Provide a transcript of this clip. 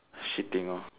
shitting hor